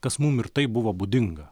kas mum ir taip buvo būdinga